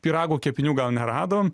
pyrago kepinių gal neradom